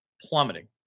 plummeting